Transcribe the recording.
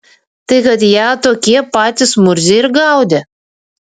tai kad ją tokie patys murziai ir gaudė